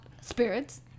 spirits